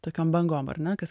tokiom bangom ar ne kas